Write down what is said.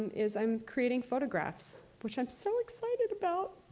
is i'm creating photographs. which i'm so excited about!